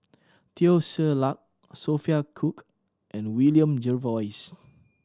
Teo Ser Luck Sophia Cooke and William Jervois